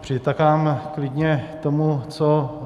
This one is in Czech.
Přitakám klidně tomu, co